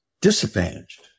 disadvantaged